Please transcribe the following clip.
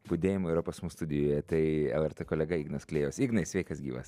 budėjimo yra pas mus studijoje tai lrt kolega ignas klėjus ignai sveikas gyvas